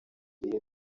bihe